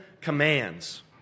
commands